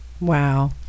Wow